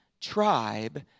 tribe